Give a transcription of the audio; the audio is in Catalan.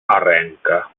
arrenca